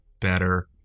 better